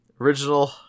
original